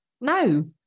No